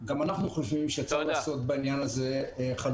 גם אנחנו חושבים שצריך לעשות בעניין הזה חלוקה.